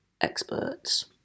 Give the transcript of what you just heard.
experts